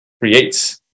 creates